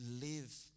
live